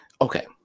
Okay